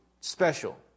special